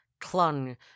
clung